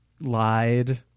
lied